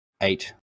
eight